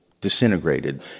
disintegrated